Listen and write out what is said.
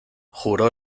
juró